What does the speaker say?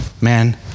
man